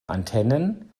antennen